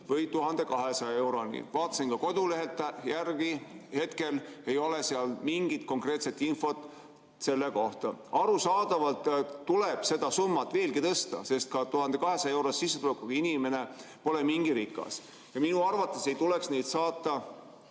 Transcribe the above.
või 1200 euroni. Vaatasin kodulehelt järele, hetkel ei ole seal mingit konkreetset infot selle kohta. Arusaadavalt tuleb seda summat veelgi tõsta, sest ka 1200‑eurose sissetulekuga inimene pole mingi rikas, ja minu arvates ei tuleks neid saata